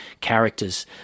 character's